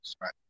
right